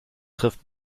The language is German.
trifft